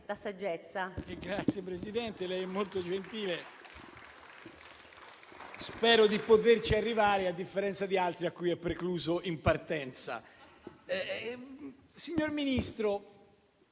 Grazie, Presidente, lei è molto gentile. Spero di poterci arrivare, a differenza di altri a cui è precluso in partenza.